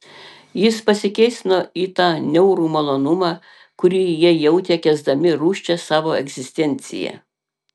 jis pasikėsino į tą niaurų malonumą kurį jie jautė kęsdami rūsčią savo egzistenciją